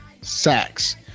sacks